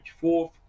fourth